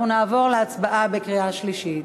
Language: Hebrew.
אנחנו נעבור להצבעה בקריאה שלישית.